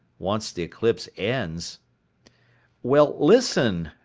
once the eclipse ends well, listen,